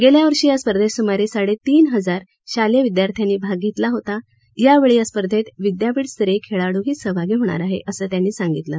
गेल्या वर्षी या स्पर्धेत सुमारे साडेतीन हजार शालेय विदयार्थ्यांनी भाग घेतला होता यावेळी या स्पर्धेत विदयापीठ स्तरीय खेळाडूही सहभागी होणार आहेत असं त्यानी सांगितलं